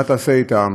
מה תעשה איתן.